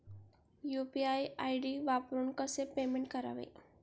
UPI ID वापरून कसे payment करावे?